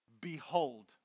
behold